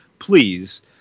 please